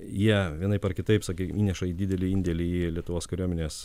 jie vienaip ar kitaip sakykim įneša į didelį indėlį į lietuvos kariuomenės